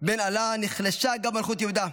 בן אלה, נחלשה גם מלכות יהודה: